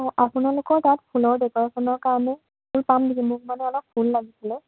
অঁ আপোনালোকৰ তাত ফুলৰ ডেকৰেশ্যনৰ কাৰণে ফুল পাম নেকি মোক মানে অলপ ফুল লাগিছিলে